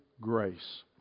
grace